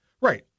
Right